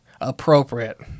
appropriate